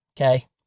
Okay